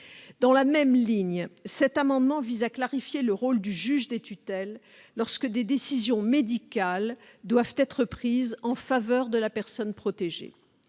Dans la même ligne, cet amendement vise à clarifier le rôle du juge des tutelles lorsque des décisions médicales doivent être prises en faveur de la personne protégée.